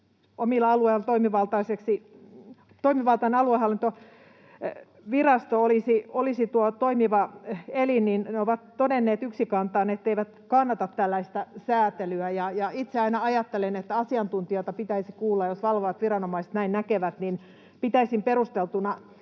omilla alueilla toimivaltainen aluehallintovirasto olisi tuo toimiva elin, niin ne eivät kannata tällaista säätelyä. Itse aina ajattelen, että asiantuntijalta pitäisi kuulla, jos valvovat viranomaiset näin näkevät, joten pitäisin perusteltuna,